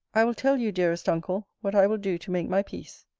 i will tell you, dearest uncle, what i will do to make my peace.